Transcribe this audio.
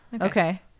Okay